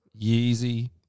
Yeezy